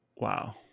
Wow